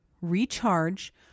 recharge